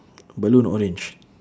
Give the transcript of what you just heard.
balloon orange